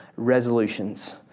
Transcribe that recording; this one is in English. resolutions